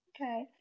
Okay